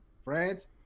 Friends